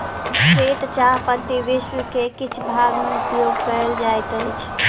श्वेत चाह पत्ती विश्व के किछ भाग में उपयोग कयल जाइत अछि